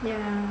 yeah